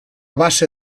base